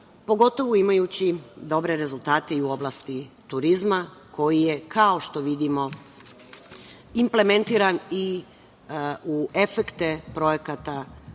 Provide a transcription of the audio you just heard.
pogotovo imajući dobre rezultate i u oblasti turizma koji je, kao što vidimo, implementiran i u efekte projekata